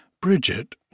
Bridget